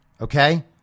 Okay